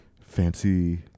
fancy